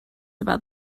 about